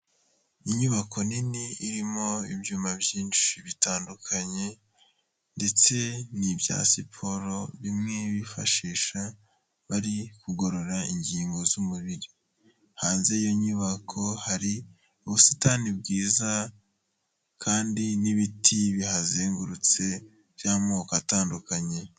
Inyubako nini irimo ibyuma byinshi bitandukanye ndetse ni ibya siporo bimwe bifashisha bari kugorora ingingo z'umubiri, hanze y'iyo nyubako hari ubusitani bwiza kandi n'ibiti bihazengurutse by'amoko atandukanye.